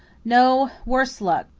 no, worse luck!